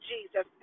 Jesus